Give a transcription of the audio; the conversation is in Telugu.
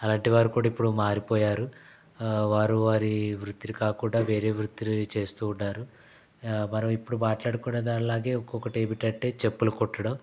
అలాంటివారు కూడా ఇప్పుడు మారిపోయారు వారు వారి వృత్తిని కాకుండా వేరే వృత్తిని చేస్తూ ఉన్నారు మనం ఇప్పుడు మాట్లాడుకునే దానిలాగే ఇంకొకటి ఏమిటంటే చెప్పులు కుట్టడం